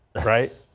right.